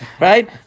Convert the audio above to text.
right